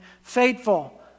faithful